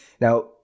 Now